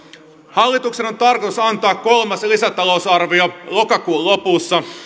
hallituksen on tarkoitus antaa kolmas lisätalousarvio lokakuun lopussa